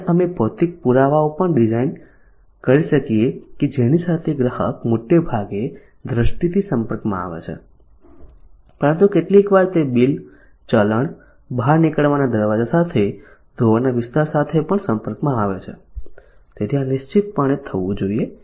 અને અમે ભૌતિક પુરાવાઓ પણ ડિઝાઇન કરી શકીએ છીએ કે જેની સાથે ગ્રાહક મોટેભાગે દૃષ્ટિથી સંપર્કમાં આવે છે પરંતુ કેટલીકવાર તે બિલ ચલણ બહાર નીકળવાના દરવાજા સાથે ધોવાના વિસ્તાર સાથે પણ સંપર્કમાં આવે છે તેથી આ નિશ્ચિતપણે થવું જોઈએ